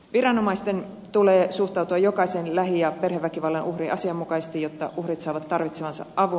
viranomaisten tulee suhtautua jokaiseen lähi ja perheväkivallan uhriin asianmukaisesti jotta uhrit saavat tarvitsemansa avun